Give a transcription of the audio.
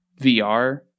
VR